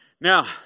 now